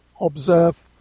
observe